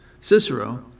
Cicero